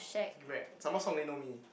some more Song ling know me